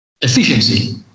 efficiency